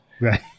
right